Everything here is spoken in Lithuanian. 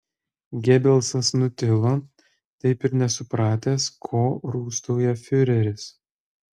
gebelsas nutilo taip ir nesupratęs ko rūstauja fiureris